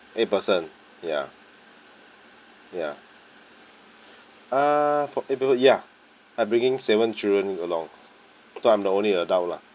eight person ya ya uh for eight people ya I'm bringing seven children along so I'm the only adult lah